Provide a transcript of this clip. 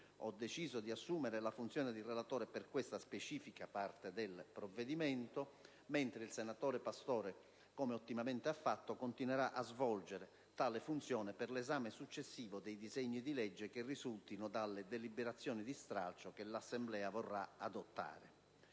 ho deciso di assumere la funzione di relatore per questa specifica parte del provvedimento. Il senatore Pastore, come ha già ottimamente fatto, continuerà a svolgere tale funzione per l'esame successivo dei disegni di legge che risultino dalle deliberazioni di stralcio che l'Assemblea vorrà adottare.